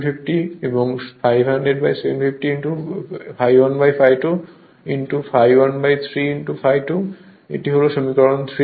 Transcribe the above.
সুতরাং 500 750 ∅1 ∅2 ∅1 3 ∅ 2 এটি হল সমীকরণ 3